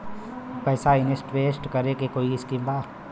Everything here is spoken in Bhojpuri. पैसा इंवेस्ट करे के कोई स्कीम बा?